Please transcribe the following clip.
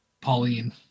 Pauline